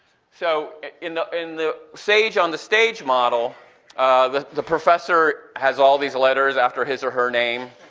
so in the in the sage on the stage model the the professor has all these letters after his or her name,